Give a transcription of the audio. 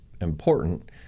important